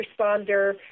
responder